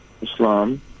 Islam